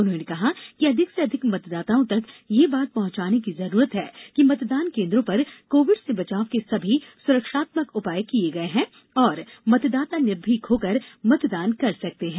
उन्होंने कहा कि अधिक से अधिक मतदाताओं तक यह बात पहुंचाने की जरूरत है कि मतदान केन्द्रों पर कोविड से बचाव के सभी सुरक्षात्मक उपाय किये गये हैं और मतदाता निर्भीक होकर मतदान कर सकते हैं